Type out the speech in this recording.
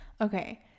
Okay